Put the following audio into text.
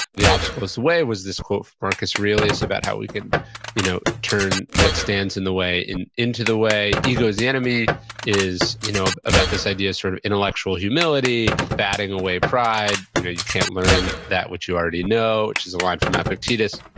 the obstacle is way was this quote from marcus aurelius about how we can you know turn what stands in the way in into the way. ego is the enemy is you know about this idea sort of intellectual humility, batting away pride. you know you can't learn that what you already know, which is a word from epictetus.